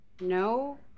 No